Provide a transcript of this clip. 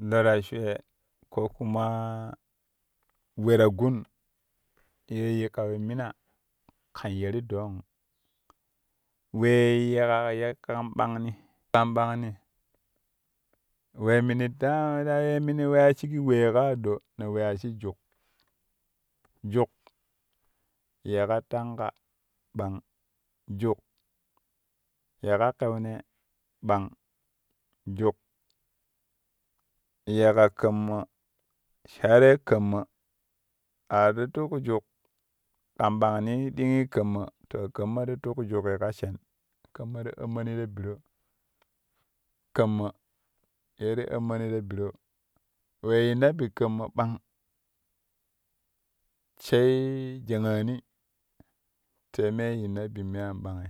Lo ta shwee ko kuma we-ta-gun ye yikka ti mina kan ye ti doong wee ye yeƙa kan bangni kan bangni we mini daa ta ye mini weya shigi weei ka aɗo ne weyai shi juk, juk yeƙa tanga bang juk yeƙa keune bang juk yeƙa kaamma sai dai kaammaa ati atuk juk kan bangni dingi kaammaa, kaammaa ti tuk iuƙƙi ka shen kaammaa ti ammoni ta biro kaammaa ye ti ammoni ta biro wee tinna bi kaammaa bang sai jaƙaani tei me ye yinna bi me an bangi